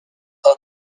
are